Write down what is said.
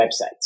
websites